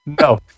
no